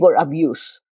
abuse